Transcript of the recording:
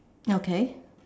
okay